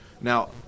Now –